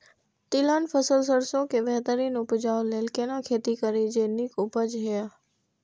तिलहन फसल सरसों के बेहतरीन उपजाऊ लेल केना खेती करी जे नीक उपज हिय?